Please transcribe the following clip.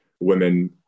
women